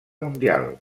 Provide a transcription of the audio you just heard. mundial